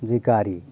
जे गारि